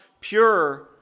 pure